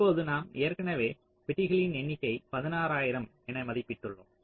இப்போது நாம் ஏற்கனவே பெட்டிகளின் எண்ணிக்கை 16000 என மதிப்பிட்டோம்